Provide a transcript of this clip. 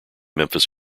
memphis